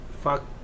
fuck